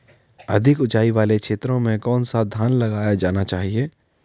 अधिक उँचाई वाले क्षेत्रों में कौन सा धान लगाया जाना चाहिए?